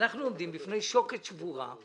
אנחנו עומדים בפני שוקת שבורה,